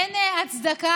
אין הצדקה